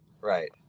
right